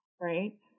Right